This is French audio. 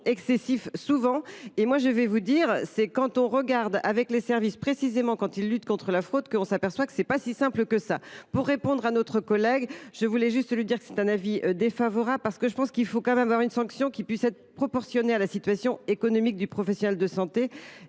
émet un avis défavorable